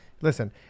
listen